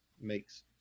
Makes